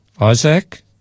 Isaac